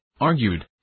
argued